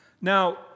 Now